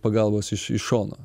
pagalbos iš iš šono